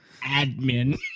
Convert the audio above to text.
Admin